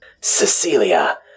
Cecilia